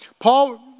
Paul